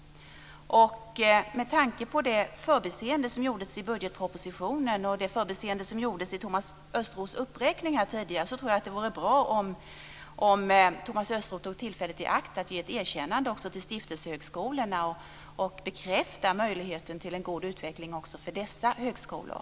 Med tanke på det förbiseende som gjordes i budgetpropositionen och i Thomas Östros uppräkning tidigare vore det bra om han tog tillfället i akt att ge ett erkännande också till stiftelsehögskolorna och bekräfta möjligheten till en god utveckling också för dessa högskolor.